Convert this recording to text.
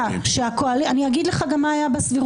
אני אגיד לך גם מה היה בסבירות,